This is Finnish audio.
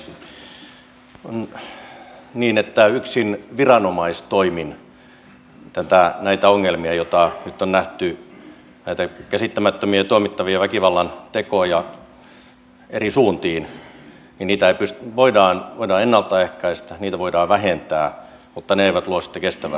on niin että yksin viranomaistoimin näitä ongelmia joita nyt on nähty näitä käsittämättömiä tuomittavia väkivallantekoja eri suuntiin ei pystytä ratkaisemaan niitä voidaan ennalta ehkäistä niitä voidaan vähentää mutta ne eivät luo sitä kestävää ratkaisua